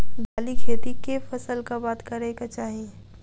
दालि खेती केँ फसल कऽ बाद करै कऽ चाहि?